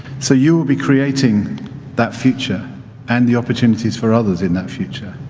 so you will be creating that future and the opportunities for others in that future.